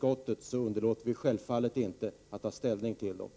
Tack!